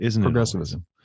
progressivism